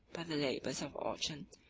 by the labors of orchan,